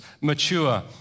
mature